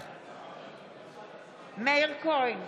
מאיר כהן,